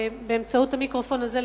באמצעות המיקרופון הזה,